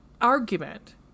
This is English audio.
argument